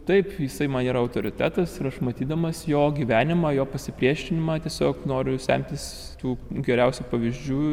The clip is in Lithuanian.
taip jisai man yra autoritetas aš matydamas jo gyvenimą jo pasipriešinimą tiesiog noriu semtis tų geriausių pavyzdžių